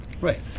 Right